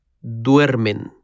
duermen